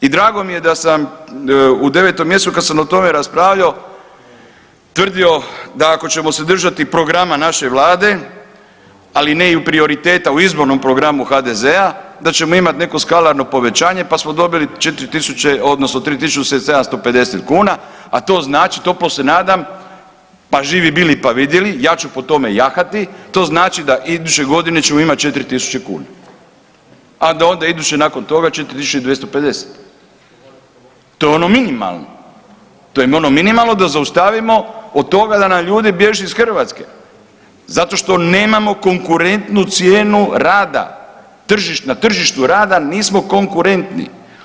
I drago mi je da sam u 9. mjesecu kada sam o tome raspravljao tvrdio da ako ćemo se držati programa naše vlade, ali ne i u prioriteta u izbornom programu HDZ-a da ćemo imati neko skalarno povećanje pa smo dobili 3.750 kuna, a to znači toplo se nadam pa živi bili pa vidjeli, ja ću po tome jahati, to znači da ćemo iduće godine imati 4.000, a da onda iduće nakon toga 4.250 to je ono minimalno to je ono minimalno da zaustavimo od toga da nam ljudi bježe iz Hrvatske zato što nemamo konkurentnu cijenu rada na tržištu rada nismo konkurentni.